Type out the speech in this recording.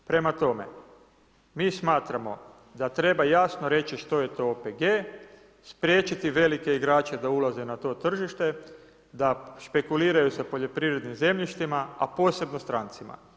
Prema tome, mi smatramo da treba jasno reći što je to OPG, spriječiti velike igrače da ulaze na to tržište, da špekuliraju sa poljoprivrednim zemljištima, a posebno strancima.